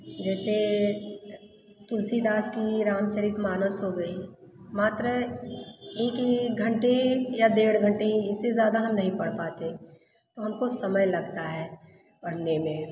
जैसी तुलसीदास की रामचरितमानस हो गई मात्र एक घंटे या डेढ़ घंटे ही इससे ज़्यादा हम नहीं पढ़ पाते और कुछ समय लगता है पढ़ने में